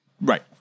Right